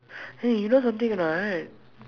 eh you know something or not right